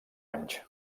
anys